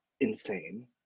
insane